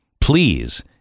please